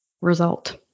result